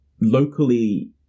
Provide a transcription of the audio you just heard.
locally